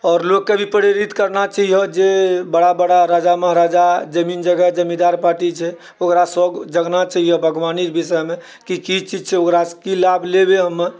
आओर लोकके भी प्रेरित करना चाहिए जे बड़ा बड़ा राजा महाराजा जमीन जगह जमीन्दार पार्टी छै ओकरा सभके जगना चाहिए बागवानीके विषयमे कि की चीज छै ओकरा की लाभ लेबै हम